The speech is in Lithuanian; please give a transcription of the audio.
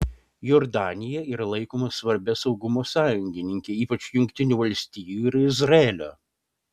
jordanija yra laikoma svarbia saugumo sąjungininke ypač jungtinių valstijų ir izraelio